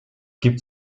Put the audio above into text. gibt